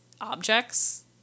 objects